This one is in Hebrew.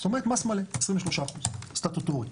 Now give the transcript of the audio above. זאת אומרת מס מלא, 23%. סטטוטורית.